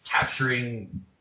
capturing